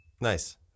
Nice